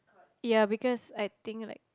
ya because I think like